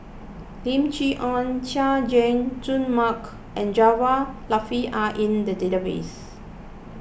Lim Chee Onn Chay Jung Jun Mark and Jaafar Latiff are in the database